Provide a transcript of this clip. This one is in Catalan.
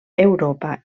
europa